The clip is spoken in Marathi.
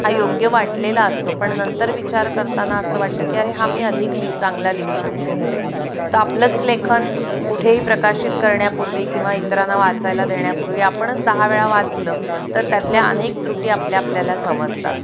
हा योग्य वाटलेला असतो पण नंतर विचार करताना असं वाटतं की अरे हा मी अधिक लि चांगला लिहू शकले असते तर आपलंच लेखन कुठेही प्रकाशित करण्यापूर्वी किंवा इतरांना वाचायला देण्यापूर्वी आपणच दहा वेळा वाचलं तर त्यातल्या अनेक त्रुटी आपल्या आपल्याला समजतात